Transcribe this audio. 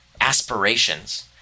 aspirations